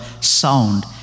sound